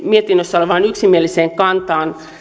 mietinnössä olevaan yksimieliseen kantaan